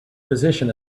position